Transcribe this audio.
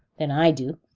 then i do.